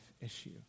issue